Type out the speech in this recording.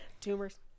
tumors